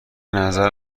نظر